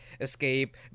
escape